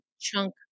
chunk